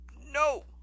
no